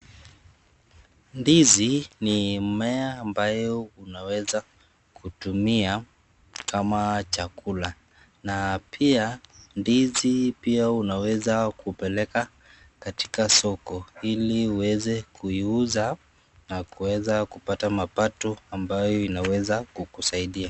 Ndizi ni mmea ambayo unaweza kutumia kama chakula na pia ndizi unaweza kupeleka soko ili uweze kuiuza na kuweza kupata mapato ambayo inaweza kukusaidia.